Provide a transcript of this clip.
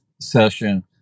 session